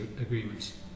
agreements